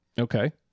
Okay